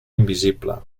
invisible